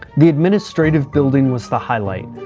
the administrative building was the highlight.